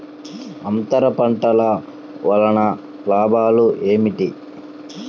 అంతర పంటల వలన లాభాలు ఏమిటి?